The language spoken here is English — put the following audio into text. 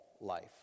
life